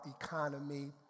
economy